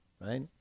right